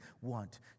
want